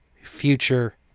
future